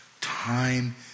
Time